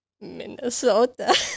minnesota